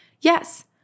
Yes